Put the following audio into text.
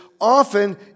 often